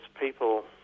people